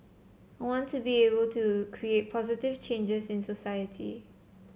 I want to be able to create positive changes in society